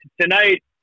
tonight